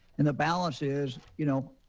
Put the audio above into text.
and the balance is, you know,